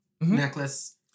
necklace